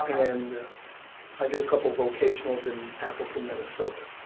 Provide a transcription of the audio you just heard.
and i did a couple of vocationals in appleton, minnesota.